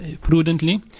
prudently